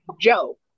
Joe